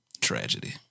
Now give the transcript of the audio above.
Tragedy